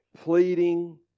pleading